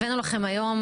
הבאנו לכם היום,